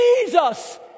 Jesus